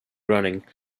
running